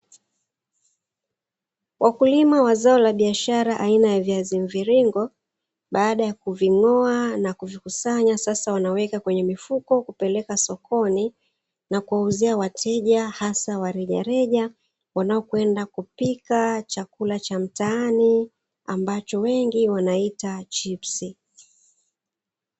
Wakulima wa biashara wa zao aina ya viazi mviringo baada ya kuvingoa na kuvikusanya sasa wanaweka kwenye mifuko, na kupeleka sokoni kwa kuwauzia wateja hasa rejareja wanaokwenda kupika chakula cha mtaani ambacho wengi wanaita chipsi.